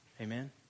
Amen